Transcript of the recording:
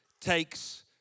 takes